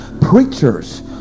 preachers